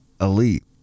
elite